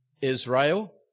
Israel